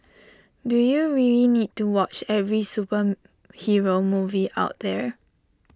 do you really need to watch every superhero movie out there